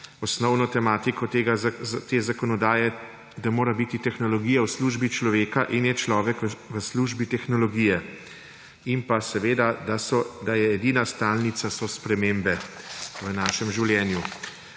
osnovno tematiko te zakonodaje, da mora biti tehnologija v službi človeka in je človek v službi tehnologije in seveda, da edina stalnica so spremembe v našem življenju.